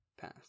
Pass